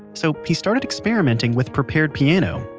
so he started experimenting with prepared piano,